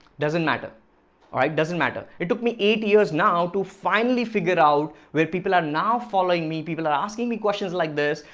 doesn't matter all right doesn't matter it took me eight years now to finally figure out where people are now following me people are asking me questions. like this.